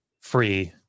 free